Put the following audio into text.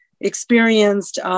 experienced